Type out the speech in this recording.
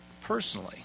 personally